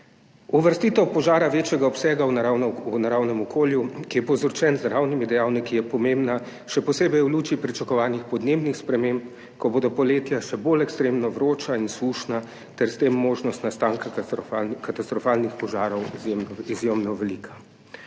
Uvrstitev požara večjega obsega v naravnem okolju, ki je povzročen z naravnimi dejavniki, je še posebej pomembna v luči pričakovanih podnebnih sprememb, ko bodo poletja še bolj ekstremno vroča in sušna ter s tem možnost nastanka katastrofalnih požarov izjemno velika.